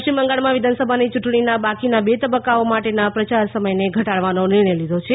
પશ્ચિમ બંગાળમાં વિધાનસભાની ચૂંટણીના બાકીના બે તબક્કાઓ માટેના પ્રચાર સમયને ઘટાડવાનો નિર્ણય લીધો છે